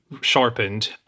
sharpened